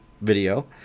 video